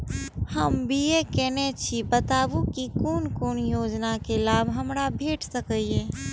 हम बी.ए केनै छी बताबु की कोन कोन योजना के लाभ हमरा भेट सकै ये?